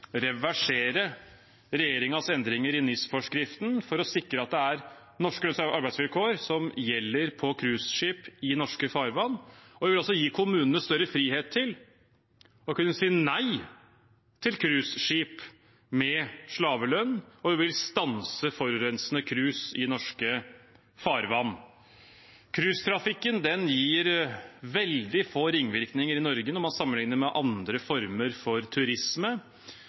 reversere regjeringens endringer i NIS-forskriften for å sikre at det er norske lønns- og arbeidsvilkår som gjelder på cruiseskip i norske farvann. Vi vil også gi kommunene større frihet til å kunne si nei til cruiseskip med slavelønn, og vi vil stanse forurensende cruise i norske farvann. Cruisetrafikken gir veldig får ringvirkninger i Norge når man sammenlikner med andre former for turisme,